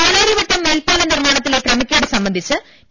പാലാരിവട്ടം മേൽപ്പാല നിർമ്മാണത്തിലെ ക്രമക്കേട് സംബ ന്ധിച്ച് ടി